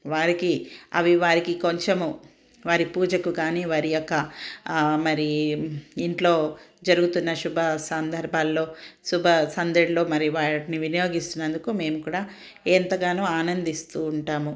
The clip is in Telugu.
వారికి అవి వారికి కొంచెము వారి పూజకు కానీ వారియొక్క మరి ఇంట్లో జరుగుతున్న శుభసందర్భాల్లో శుభ సందళ్ళో మరి వాటిని వినియోగిస్తున్నందుకు మేము కూడా ఎంతగానో ఆనందిస్తూ ఉంటాము